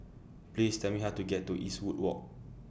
Please Tell Me How to get to Eastwood Walk